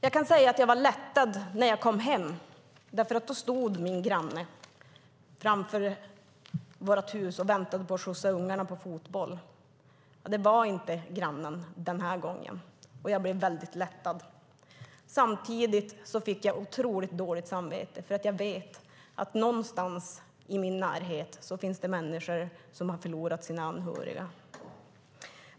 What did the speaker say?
Jag kan säga att jag blev lättad när jag kom hem, för då stod min granne framför vårt hus och väntade på att skjutsa ungarna till fotbollen. Det var inte grannen den här gången, och jag blev väldigt lättad. Samtidigt fick jag otroligt dåligt samvete, för jag vet att någonstans i min närhet finns det människor som har förlorat sina anhöriga.